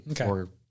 Okay